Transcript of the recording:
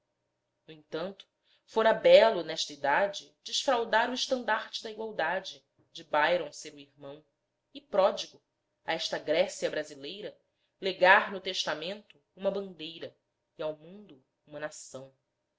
no entanto fora belo nesta idade desfraldar o estandarte da igualdade de byron ser o irmão e pródigo a esta grécia brasileira legar no testamento uma bandeira e ao mundo uma nação